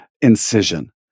incision